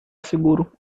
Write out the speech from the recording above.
seguro